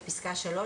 בפסקה (3),